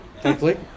thankfully